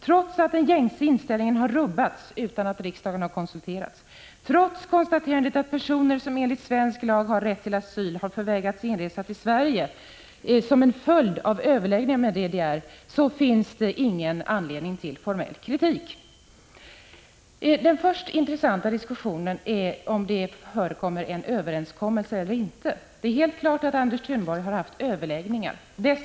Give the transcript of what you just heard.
Trots att den gängse inställningen har rubbats utan att riksdagen har konsulterats, trots konstaterandet att personer som enligt svensk lag har rätt till asyl har förvägrats inresa till Sverige som en följd av överläggningar med DDR finns det enligt utskottsmajoritetens uppfattning ingen anledning till formell kritik. För det första: Den intressanta diskussionen gäller om det föreligger en överenskommelse eller inte. Det är helt klart att Anders Thunborg har haft överläggningar med DDR:s utrikesminister.